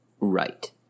Right